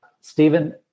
Stephen